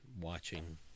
watching